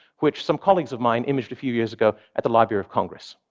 which some colleagues of mine imaged a few years ago at the library of congress.